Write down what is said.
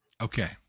Okay